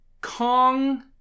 Kong